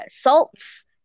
salts